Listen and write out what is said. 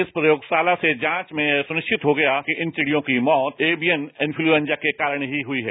इस प्रयोगशाला से जांच में यह सुनिश्चित हो गया कि इन चिड़ियों की मौत एवियन इनफ्लुएंजा के कारण ही हुई है